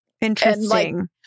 Interesting